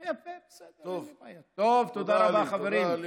טוב, תודה, עלי.